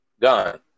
Done